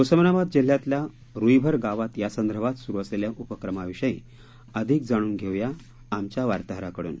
उस्मानाबाद जिल्ह्यातल्या रुईभर गावात यासंदर्भात सुरु असलेल्या उपक्रमाविषयी अधिक जाणून घेऊया आमच्या वार्ताहराकडून